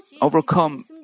overcome